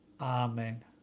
Amen